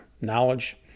knowledge